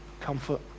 comfort